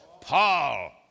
Paul